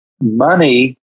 money